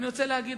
אני רוצה להגיד,